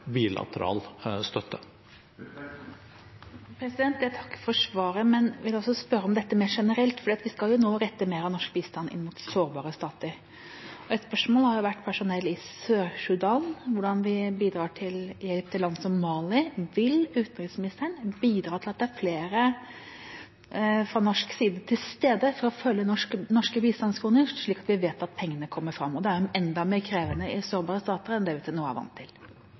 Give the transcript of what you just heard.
bilateral støtte. Jeg takker for svaret, men vil også spørre om dette mer generelt, for vi skal jo nå rette mer av norsk bistand inn mot sårbare stater. Et spørsmål har vært personell i Sør-Sudan og hvordan vi bidrar til hjelp i land som Mali. Vil utenriksministeren bidra til at det er flere fra norsk side til stede for å følge norske bistandskroner, slik at vi vet at pengene kommer fram? Det er enda mer krevende i sårbare stater enn det vi til nå har vært vant til.